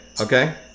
Okay